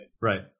Right